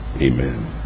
Amen